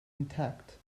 intact